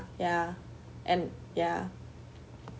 ya and ya